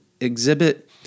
Exhibit